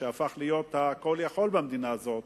שהפך להיות כול יכול במדינה הזאת.